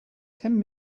ten